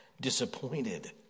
disappointed